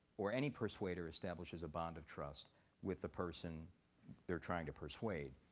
or any persuader establishes a bond of trust with the person they're trying to persuade.